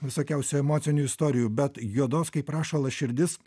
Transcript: visokiausių emocinių istorijų bet juodos kaip rašalas širdis